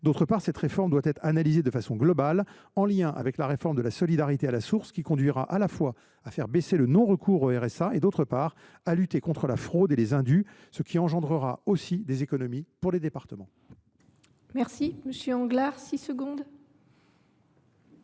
D’autre part, cette réforme doit être analysée de façon globale, en lien avec celle de la solidarité à la source, qui conduira à la fois à faire baisser le non recours au RSA et à lutter contre la fraude et les indus, ce qui représentera aussi des économies pour les départements. La parole est à M. Jean